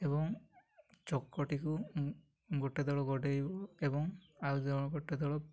ଏବଂ ଚକଟିକୁ ଗୋଟେ ଦଳ ଗଡ଼େଇବ ଏବଂ ଆଉ ଜଣ ଗୋଟେ ଦଳ